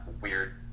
weird